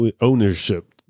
ownership